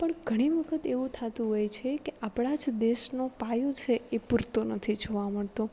પણ ઘણી વખત એવું થતું હોય છે કે આપણા દેશનો પાયો છે એ પૂરતો નથી જોવા મળતો